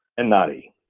and not e.